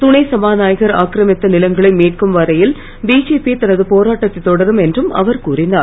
துணை சபாநாயகர் ஆக்கரமித்த நிலங்களை மீட்கும் வரையில் பிஜேபி தனது போராட்டத்தை தொடரும் என்றும் அவர் கூறினார்